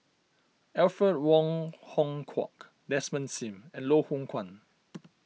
Alfred Wong Hong Kwok Desmond Sim and Loh Hoong Kwan